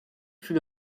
fut